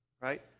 Right